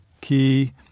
key